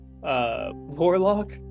warlock